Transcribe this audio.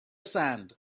sand